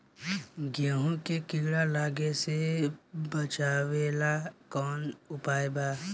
गेहूँ मे कीड़ा लागे से बचावेला कौन उपाय बा?